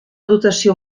dotació